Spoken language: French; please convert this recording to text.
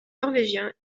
norvégien